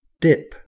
dip